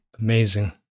Amazing